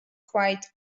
quite